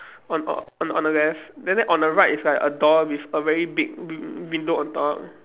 on o~ on on the left then on the right is like a door with a very big win~ window on top